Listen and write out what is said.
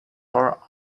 for